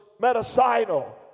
medicinal